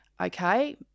okay